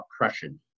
oppression